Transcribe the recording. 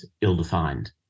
ill-defined